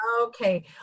Okay